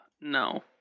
No